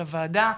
של הוועדה,